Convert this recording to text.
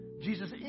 Jesus